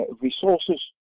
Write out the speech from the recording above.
resources